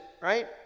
right